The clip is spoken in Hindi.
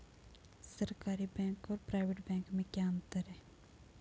सरकारी बैंक और प्राइवेट बैंक में क्या क्या अंतर हैं?